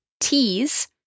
Teas